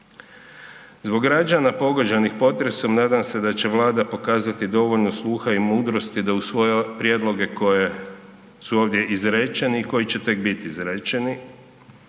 Zbog građana pogođenih potresom nadam se da će Vlada pokazati dovoljno sluha i mudrosti da u svoje prijedloge koje su ovdje izrečeni i koji će tek biti izrečeni.